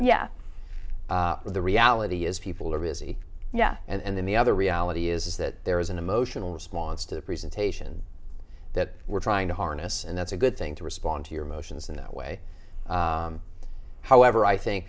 yet the reality is people are busy yeah and then the other reality is that there is an emotional response to the presentation that we're trying to harness and that's a good thing to respond to your emotions in that way however i think